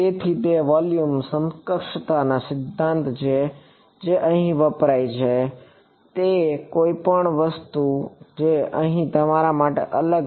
તેથી તે વોલ્યુમ સમકક્ષતા સિદ્ધાંત છે જે અહીં વપરાય છે તે કોઈપણ અન્ય વસ્તુ જે અહીં તમારા માટે અલગ છે